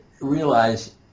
realize